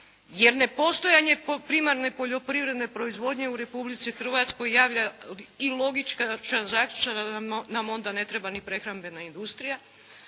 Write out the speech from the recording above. jer nepostojanje primarne poljoprivredne proizvodnje u Republici Hrvatskoj javlja i logičan zaključak da nam onda ne treba ni prehrambena industrija.